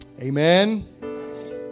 amen